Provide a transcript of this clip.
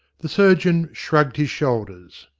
the surgeon shrugged his shoulders.